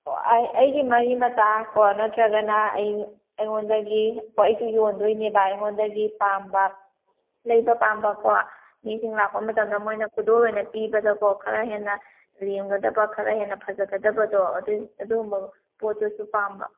ꯑꯣ ꯑꯩꯒꯤ ꯃꯔꯤ ꯃꯇꯥ ꯀꯣ ꯅꯠꯇ꯭ꯔꯒꯅ ꯑꯩ ꯑꯩꯉꯣꯟꯗꯒꯤ ꯀꯣ ꯑꯩꯁꯨ ꯌꯣꯟꯗꯣꯏꯅꯦꯕ ꯑꯩꯉꯣꯟꯗꯒꯤ ꯄꯥꯝꯕ ꯂꯩꯕ ꯄꯥꯝꯕꯀꯣ ꯃꯤꯁꯤꯡ ꯂꯥꯛꯄ ꯃꯇꯝꯗ ꯃꯣꯏꯅ ꯈꯨꯗꯣꯜ ꯑꯣꯏꯅ ꯄꯤꯕꯗꯀꯣ ꯈꯔ ꯍꯦꯟꯅ ꯂꯦꯝꯒꯗꯕ ꯈꯔ ꯍꯦꯟꯅ ꯐꯖꯒꯗꯕꯗꯣ ꯑꯗꯨꯏ ꯑꯗꯨꯒꯨꯝꯕ ꯄꯣꯠꯇꯨꯁꯨ ꯄꯥꯝꯕ